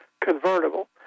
convertible